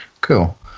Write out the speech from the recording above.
Cool